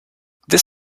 this